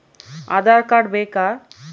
Aadhaar card ಬೇಕಾ?